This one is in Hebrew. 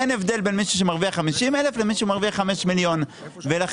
אין הבדל בין מישהו שמרוויח 50,000 למי שמרוויח חמישה מיליון ולכן